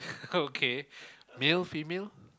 okay male female